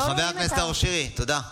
חבר הכנסת נאור שירי, תודה.